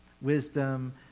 wisdom